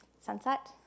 sunset